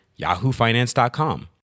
yahoofinance.com